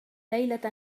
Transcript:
ليلة